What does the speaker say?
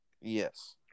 Yes